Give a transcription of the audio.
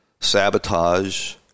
sabotage